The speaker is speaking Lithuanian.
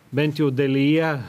bent jau dalyje